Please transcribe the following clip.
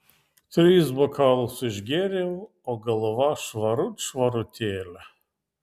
tris bokalus išgėriau o galva švarut švarutėlė